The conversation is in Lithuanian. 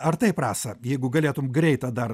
ar taip rasa jeigu galėtum greitą dar